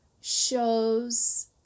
shows